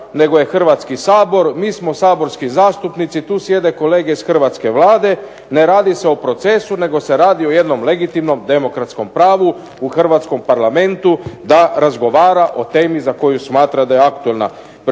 nego je Hrvatski sabor. Mi smo saborski zastupnici. Tu sjede kolege iz hrvatske Vlade, ne radi se o procesu, nego se radi o jednom legitimnom demokratskom pravu u hrvatskom Parlamentu da razgovara o temi za koju smatra da je aktualna. Prema